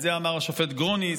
את זה אמר השופט גרוניס,